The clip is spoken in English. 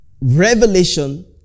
revelation